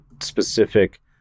specific